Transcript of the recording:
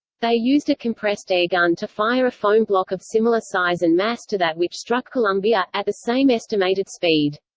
they used a compressed air gun to fire a foam block of similar size and mass to that which struck columbia, at the same estimated speed.